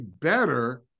better